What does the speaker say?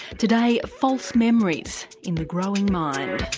today false memories in the growing mind.